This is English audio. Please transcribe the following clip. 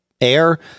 Air